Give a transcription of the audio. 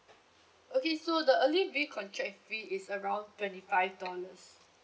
okay so the early re-contract fee is around twenty five dollars